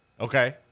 okay